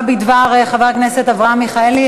מה בדבר חבר הכנסת אברהם מיכאלי,